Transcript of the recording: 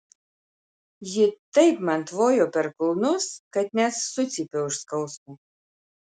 ji taip man tvojo per kulnus kad net sucypiau iš skausmo